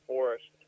Forest